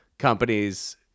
companies